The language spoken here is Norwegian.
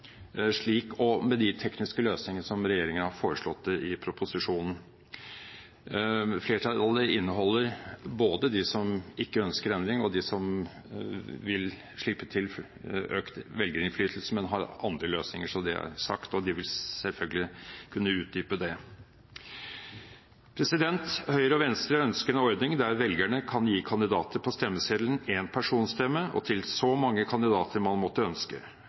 med de tekniske løsningene som regjeringen har foreslått i proposisjonen. Flertallet – som består av både dem som ikke ønsker endring, og av dem som vil slippe til økt velgerinnflytelse, men har andre løsninger – vil selvfølgelig kunne utdype det. Høyre og Venstre ønsker en ordning der velgerne kan gi kandidater på stemmeseddelen én personstemme og til så mange kandidater man måtte ønske.